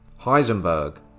Heisenberg